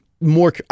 more